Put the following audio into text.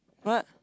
what